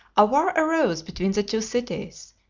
a war arose between the two cities,